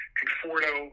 Conforto